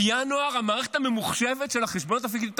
בינואר המערכת הממוחשבת של החשבוניות הפיקטיביות תעבוד,